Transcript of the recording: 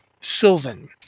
Sylvan